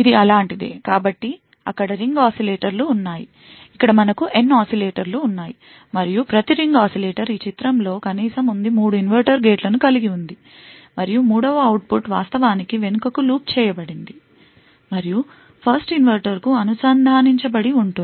ఇది అలాంటి దే కాబట్టి అక్కడ రింగ్ oscillator లు ఉన్నాయి ఇక్కడ మనకు N oscillator లు ఉన్నాయి మరియు ప్రతి రింగ్ oscillator ఈ చిత్రం లో కనీసం ఉంది 3 ఇన్వర్టర్ గేట్లను కలిగి ఉంది మరియు 3వ అవుట్పుట్ వన్వాస్తవానికి వెనుకకు లూప్ చేయబడింది మరియు 1st ఇన్వర్టర్కు అనుసంధానించబడి ఉంటుంది